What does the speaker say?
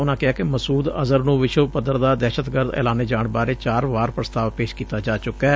ਉਨਾਂ ਕਿਹਾ ਕਿ ਮਸੁਦ ਅਜ਼ਹਰ ਨੂੰ ਵਿਸ਼ਵ ਪੱਧਰ ਦਾ ਦਹਿਸ਼ਤਗਰਦ ਐਲਾਨੇ ਜਾਣ ਬਾਰੇ ਚਾਰ ਵਾਰ ਪ੍ਸਤਾਵ ਪੇਸ਼ ਕੀਤਾ ਜਾ ਚੁੱਕੈ